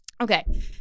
Okay